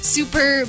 super